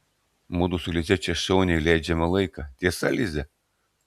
mudu su lize čia šauniai leidžiame laiką tiesa lize